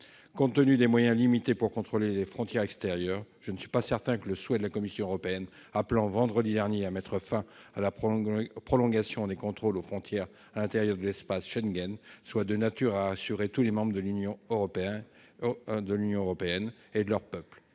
Compte tenu des moyens limités pour contrôler les frontières extérieures, je ne suis pas certain que le souhait de la Commission européenne appelant vendredi dernier à mettre fin à la prolongation des contrôles aux frontières intérieures de l'espace Schengen soit de nature à rassurer tous les membres de l'Union européenne et leurs peuples.